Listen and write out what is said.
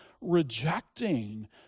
rejecting